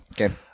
Okay